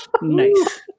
Nice